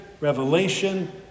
revelation